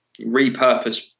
repurpose